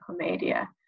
Commedia